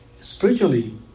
spiritually